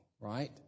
Right